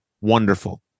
wonderful